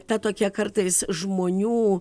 ta tokia kartais žmonių